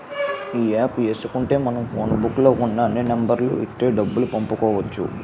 ఈ యాప్ ఏసుకుంటే మనం ఫోన్ బుక్కు లో ఉన్న అన్ని నెంబర్లకు ఇట్టే డబ్బులు పంపుకోవచ్చు